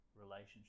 relationship